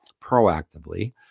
proactively